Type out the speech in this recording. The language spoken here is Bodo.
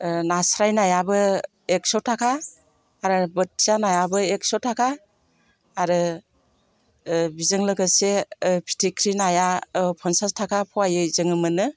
नास्राय नायाबो एकस' थाखा आरो बोथिया नायाबो एकस' थाखा आरो बिजों लोगोसे फिथिख्रि नाया पन्सासथाखा पवायै जोङो मोनो